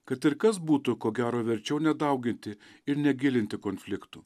kad ir kas būtų ko gero verčiau nedauginti ir negilinti konfliktų